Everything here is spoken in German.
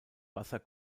wasser